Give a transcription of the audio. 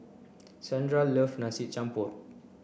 Sandra love Nasi Campur